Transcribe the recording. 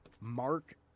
Mark